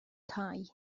cau